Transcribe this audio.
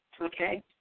Okay